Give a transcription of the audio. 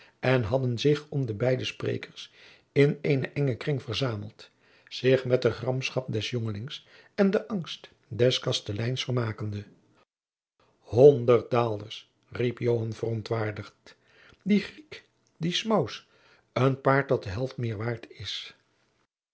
en hadden zich om de beide sprekers in eenen engen kring verzameld zich met de gramschap des jongelings en de angst des kasteleins vermakende honderd daalders riep joan verontwaardigd die griek die smous een paard dat de helft meer waard is